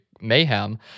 mayhem